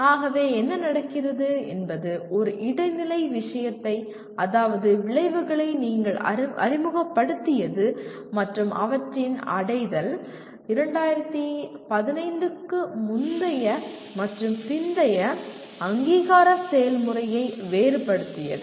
ஆகவே என்ன நடக்கிறது என்பது ஒரு இடைநிலை விஷயத்தை அதாவது விளைவுகளை நீங்கள் அறிமுகப்படுத்தியது மற்றும் அவற்றின் அடைதல் 2015 க்கு முந்தைய மற்றும் பிந்தைய அங்கீகார செயல்முறையை வேறுபடுத்தியது